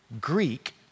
Greek